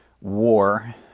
war